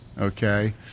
Okay